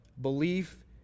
belief